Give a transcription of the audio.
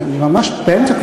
אני ממש באמצע.